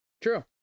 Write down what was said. True